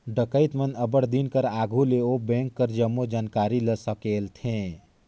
डकइत मन अब्बड़ दिन कर आघु ले ओ बेंक कर जम्मो जानकारी ल संकेलथें